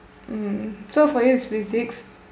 mm so for you it's physics